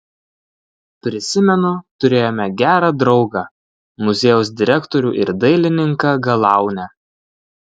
prisimenu turėjome gerą draugą muziejaus direktorių ir dailininką galaunę